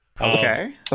Okay